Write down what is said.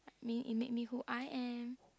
I mean it made me who I am